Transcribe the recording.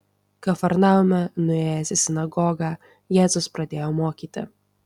kafarnaume nuėjęs į sinagogą jėzus pradėjo mokyti